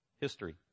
history